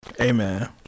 Amen